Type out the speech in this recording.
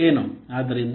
ಆದ್ದರಿಂದ ಅದು 661